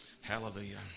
Hallelujah